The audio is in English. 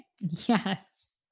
Yes